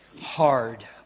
hard